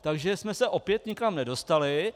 Takže jsme se opět nikam nedostali.